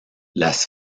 las